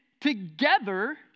together